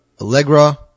Allegra